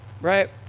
right